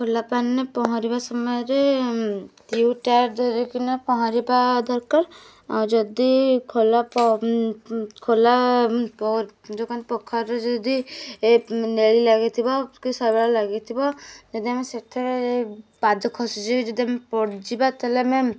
ଖୋଲା ପାଣିରେ ପହଁରିବା ସମୟରେ ଟ୍ୟୁବ୍ ଟାୟାର ଧରିକିନା ପହଁରିବା ଦରକାର ଆଉ ଯଦି ଖୋଲା ଖୋଲା ଯେଉଁ କ'ଣ ପୋଖରୀରେ ଯଦି ଏ ନେଳି ଲାଗିଥିବ କି ଶୈବାଳ ଲାଗିଥିବ ଯଦି ଆମେ ସେଥିରେ ପାଦ ଖସିଯିବ ଯଦି ଆମେ ପଡ଼ିଯିବା ତା'ହେଲେ ଆମେ